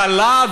זו הקלה,